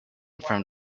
from